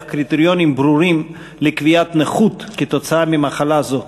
קריטריונים ברורים לקביעת נכות כתוצאה ממחלה זו,